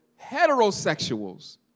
heterosexuals